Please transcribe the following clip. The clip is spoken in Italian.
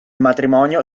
matrimonio